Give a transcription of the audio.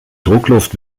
druckluft